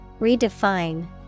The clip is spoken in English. Redefine